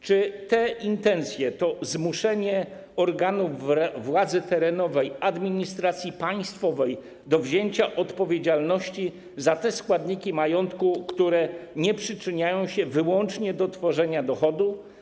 Czy te intencje to zmuszenie organów władzy terenowej administracji państwowej do wzięcia odpowiedzialności za te składniki majątku, które nie przyczyniają się wyłącznie do tworzenia dochodu?